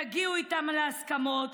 תגיעו איתם להסכמות.